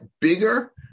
bigger